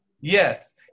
Yes